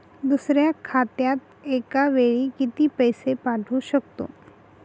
दुसऱ्या खात्यात एका वेळी किती पैसे पाठवू शकतो?